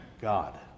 God